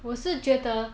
我是觉得